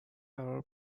قرار